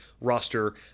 roster